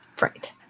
Right